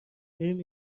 میریم